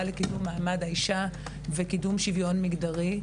לקידום מעמד האישה וקידום שוויון מגדרי,